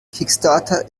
kickstarter